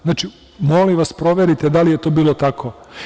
Znači, molim vas, proverite da li je to bilo tako.